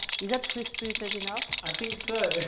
is that free spirited enough? i think so.